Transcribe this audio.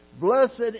Blessed